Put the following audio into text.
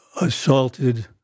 assaulted